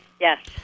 Yes